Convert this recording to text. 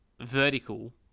vertical